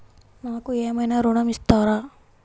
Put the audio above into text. నాకు ఏమైనా ఋణం ఇస్తారా?